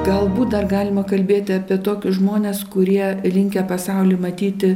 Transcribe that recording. galbūt dar galima kalbėti apie tokius žmones kurie linkę pasaulį matyti